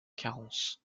carence